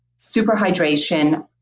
super hydration.